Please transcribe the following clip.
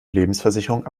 lebensversicherung